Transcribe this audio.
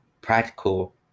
practical